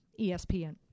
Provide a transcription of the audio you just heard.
ESPN